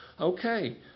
Okay